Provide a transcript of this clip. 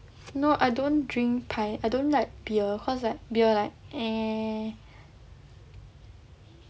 no I don't drink pint I don't like beer cause like beer like eh